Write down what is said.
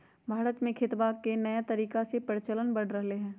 भारत में खेतवा के नया तरीका के प्रचलन बढ़ रहले है